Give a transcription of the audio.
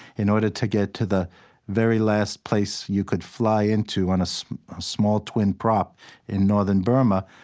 in order to get to the very last place you could fly into on a so small twin prop in northern burma.